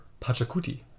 Pachacuti